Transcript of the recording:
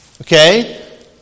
okay